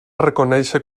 reconèixer